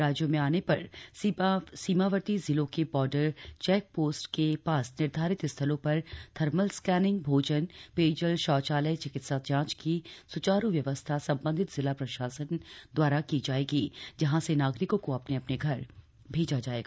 राज्यों में आने पर सीमावर्ती जिलों के बार्डर चैक पोस्ट के पास निर्धारित स्थलों पर थर्मल स्कैनिंगए भोजनए पेयजलए शौचालयए चिकित्सा जांच की सुचारू व्यवस्था सम्बन्धित जिला प्रशासन द्वारा की जायेगी जहां से नागरिकों को अपने अपने घर भेजा जायेगा